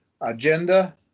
agenda